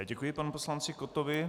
Děkuji panu poslanci Kottovi.